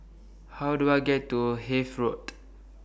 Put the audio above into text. How Do I get to Hythe Road